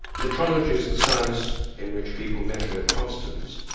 metrology is the science in which people measure constants.